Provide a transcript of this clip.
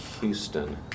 Houston